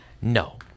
No